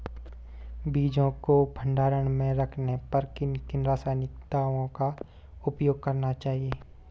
बीजों को भंडारण में रखने पर किन किन रासायनिक दावों का उपयोग करना चाहिए?